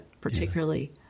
particularly